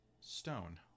stone